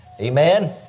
Amen